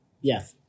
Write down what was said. Yes